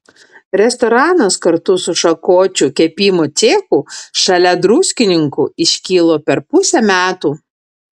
restoranas kartu su šakočių kepimo cechu šalia druskininkų iškilo per pusę metų